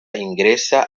ingresa